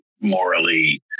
morally